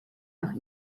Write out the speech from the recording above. nach